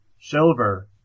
silver